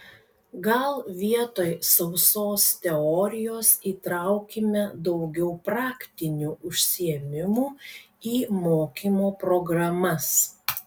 gal vietoj sausos teorijos įtraukime daugiau praktinių užsiėmimų į mokymo programas